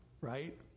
right